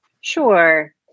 Sure